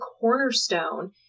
cornerstone